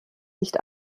nicht